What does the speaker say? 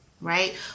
right